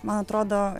man atrodo